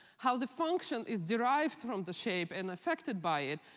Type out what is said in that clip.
how the function is derived from the shape and affected by it,